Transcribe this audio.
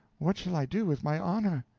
what shall i do with my honor?